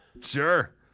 Sure